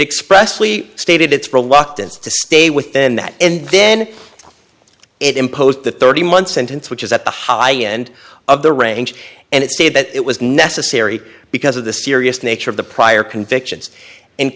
expressly stated its reluctance to stay within that and then it imposed a thirty month sentence which is at the high end of the range and it stated that it was necessary because of the serious nature of the prior convictions and